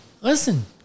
listen